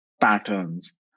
patterns